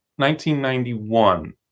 1991